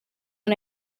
and